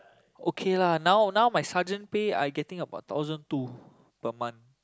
okay lah now now now my sergeant pay I getting about thousand two per month